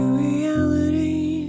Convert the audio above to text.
reality